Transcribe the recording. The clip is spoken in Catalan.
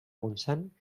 montsant